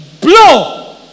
Blow